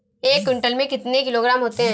एक क्विंटल में कितने किलोग्राम होते हैं?